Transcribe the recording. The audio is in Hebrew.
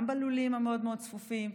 גם בלולים המאוד-מאוד-צפופים,